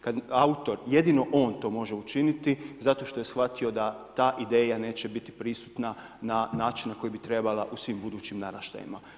Kad autor, jedino on to može učiniti, zato što je shvatio da ta ideja neće biti prisutna na način na koji bi trebala u svim budućim naraštajima.